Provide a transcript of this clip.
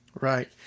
Right